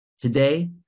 Today